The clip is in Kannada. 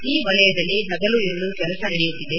ಈ ವಲಯದಲ್ಲಿ ಹಗಲು ಇರುಳು ಕೆಲಸ ನಡೆಯುತ್ತಿದೆ